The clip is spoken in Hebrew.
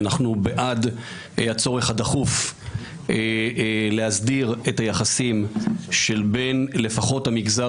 אנחנו בעד הצורך הדחוף להסדיר את היחסים של בין לפחות המגזר